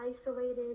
isolated